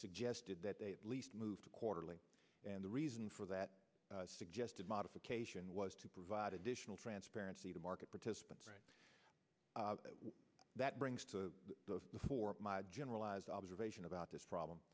suggested that they at least moved to quarterly and the reason for that suggested modification was to provide additional transparency to market participants that brings to before my generalized observation about this problem